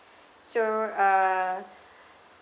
so uh